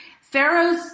Pharaoh's